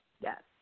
Yes